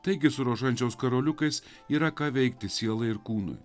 taigi su rožančiaus karoliukais yra ką veikti sielai ir kūnui